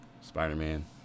Spider-Man